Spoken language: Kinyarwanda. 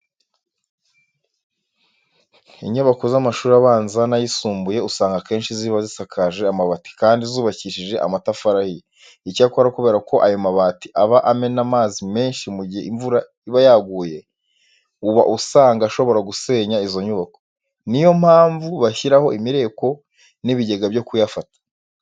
Inyubako z'amashuri abanza n'ayisumbuye usanga akenshi ziba zisakaje amabati kandi zubakishije amatafari ahiye. Icyakora kubera ko ayo mabati aba amena amazi menshi mu gihe imvura iba yaguye, uba usanga ashobora gusenya izo nyubako. Ni yo mpamvu bashyiraho imireko n'ibigega byo kuyafata.